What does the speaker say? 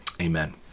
Amen